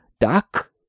Duck